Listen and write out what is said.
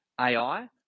AI